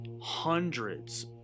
hundreds